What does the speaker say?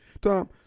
Tom